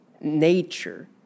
nature